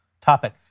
topic